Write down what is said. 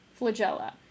flagella